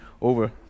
over